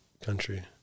country